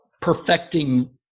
perfecting